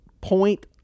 point